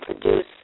produce